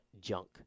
junk